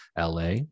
LA